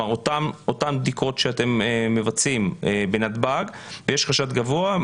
אותן בדיקות שאתם מבצעים בנתב"ג ויש חשד גבוה.